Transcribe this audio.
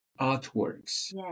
artworks